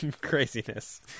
craziness